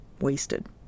Wasted